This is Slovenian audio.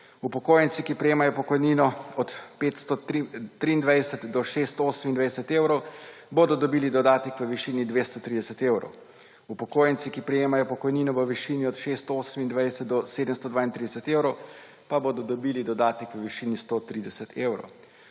Upokojenci, ki prejemajo pokojnino od 523 do 628 evrov, bodo dobili dodatek v višini 230 evrov. Upokojenci, ki prejemajo pokojnino v višini od 628 do 732 evrov, pa bodo dobili dodatek v višini 130 evrov.